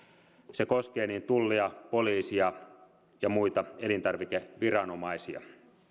se koskee tullia poliisia ja muita elintarvikeviranomaisia